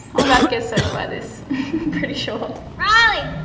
i'm about to get soaked by this pretty sure. riley,